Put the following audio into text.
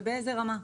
ובאיזו רמה.